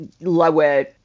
lower